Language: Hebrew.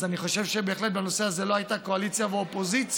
אז אני חושב שבהחלט בנושא הזה לא הייתה קואליציה ואופוזיציה,